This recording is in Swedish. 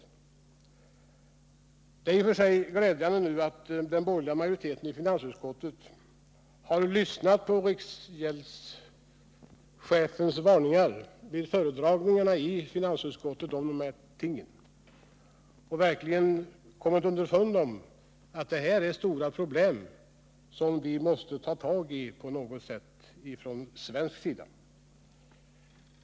116 Det är i och för sig glädjande att den borgerliga majoriteten i finansut skottet nu har lyssnat till riksgäldskontorets chefs varningar i utskottet och verkligen kommit underfund med att det förekommer stora problem på detta område, vilka vi måste ta itu med i vårt land.